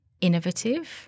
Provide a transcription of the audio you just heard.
innovative